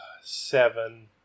seven